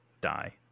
die